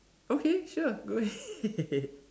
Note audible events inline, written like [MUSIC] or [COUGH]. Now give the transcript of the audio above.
okay sure go ahead [LAUGHS]